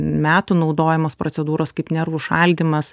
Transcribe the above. metų naudojamos procedūros kaip nervų šaldymas